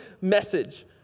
message